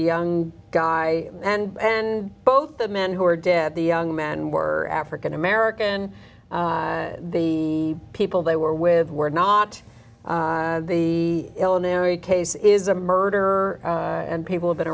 the guy and and both the men who are dead the young men were african american the people they were with were not the illinois case is a murder and people have been